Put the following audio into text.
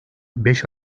beş